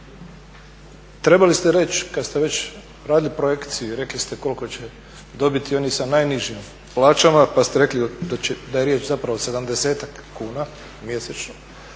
trebali ste reći kad ste već radili projekciju i rekli ste koliko će dobiti oni sa najnižim plaćama, pa ste rekli da je riječ zapravo o 70 kuna mjesečno,